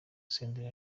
senderi